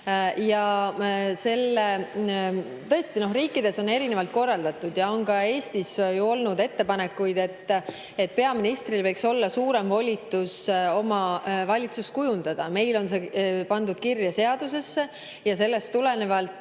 pidada. Tõesti, riikides on see erinevalt korraldatud. Ka Eestis on ju olnud ettepanekuid, et peaministril võiks olla suuremad volitused oma valitsuse kujundamisel. Meil on see pandud kirja seadusesse ja sellest tulenevalt